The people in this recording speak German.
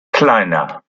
kleiner